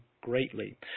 greatly